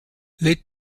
let